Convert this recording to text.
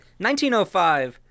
1905